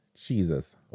Jesus